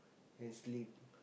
and sleep